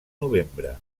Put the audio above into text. novembre